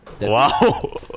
Wow